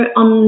on